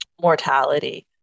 mortality